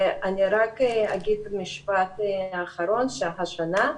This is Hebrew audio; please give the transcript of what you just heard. אני רק אגיד משפט אחרון, שהשנה,